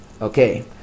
Okay